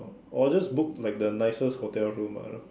or just book like the nicest hotel room ah you know